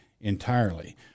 entirely